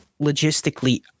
logistically